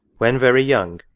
when very young,